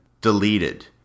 deleted